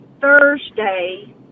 Thursday